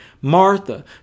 Martha